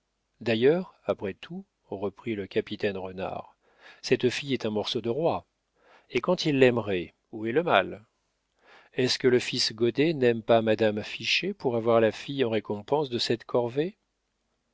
d'ailleurs après tout reprit le capitaine renard cette fille est un morceau de roi et quand il l'aimerait où est le mal est-ce que le fils goddet n'aime pas madame fichet pour avoir la fille en récompense de cette corvée